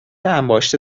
انباشته